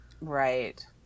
right